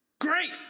Great